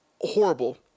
horrible